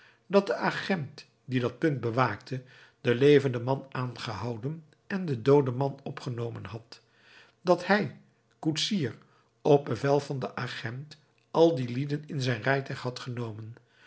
dat de agent die dat punt bewaakte den levenden man aangehouden en den dooden man opgenomen had dat hij koetsier op bevel van den agent al die lieden in zijn rijtuig had genomen